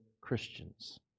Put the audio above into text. Christians